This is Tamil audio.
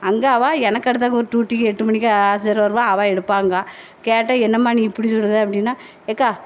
அங்கே அவள் எனக்கு அடுத்தது ஒரு டூட்டிக்கு எட்டு மணிக்கு வருவா அவள் எடுப்பாங்கா கேட்டால் என்னம்மா நீ இப்படி சொல்லுத அப்படின்னா அக்கா